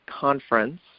conference